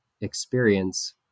experience